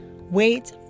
wait